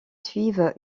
suivent